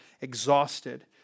exhausted